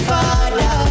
Father